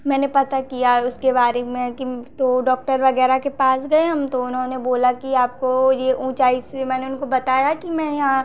मैंने पता किया उसके बारे में कि तो डॉक्टर वगैरह के पास गए हम तो उन्होंने बोला कि आपको यह ऊँचाई से मैंने उनको बताया कि मैं यहाँ